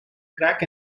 crack